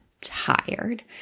tired